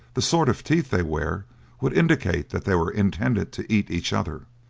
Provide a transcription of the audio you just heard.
the sort of teeth they wear would indicate that they were intended to eat each other.